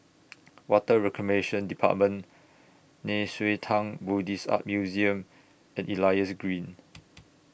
Water Reclamation department Nei Xue Tang Buddhist Art Museum and Elias Green